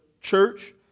church